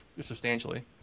substantially